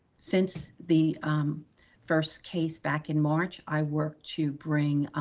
since the first case back in march, i worked to bring,